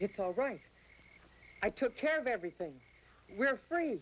it's all right i took care of everything we're